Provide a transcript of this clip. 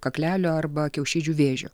kaklelio arba kiaušidžių vėžiu